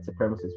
supremacist